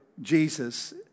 Jesus